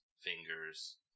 fingers